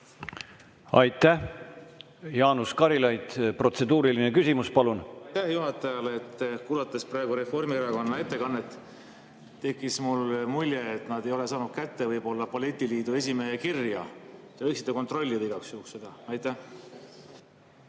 Aitäh! Jaanus Karilaid, protseduuriline küsimus, palun! Aitäh juhatajale! Kuulates praegu Reformierakonna ettekannet, tekkis mul mulje, et nad ei ole saanud kätte võib-olla balletiliidu esimehe kirja. Te võiksite kontrollida igaks juhuks seda. Ma